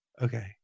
okay